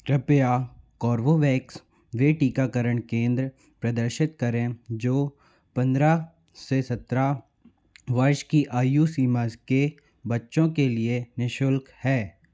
कृपया कोर्बोवैक्स वे टीकाकरण केंद्र प्रदर्शित करें जो पंद्रह से सतरह वर्ष की आयु सीमा के बच्चों के लिए निःशुल्क है